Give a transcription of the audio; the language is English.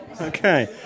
Okay